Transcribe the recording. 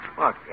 Look